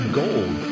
gold